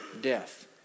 death